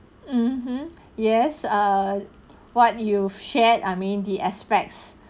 mm hmm yes err what you've shared I mean the aspects